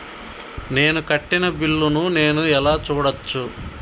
నేను కట్టిన బిల్లు ను నేను ఎలా చూడచ్చు?